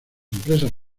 empresas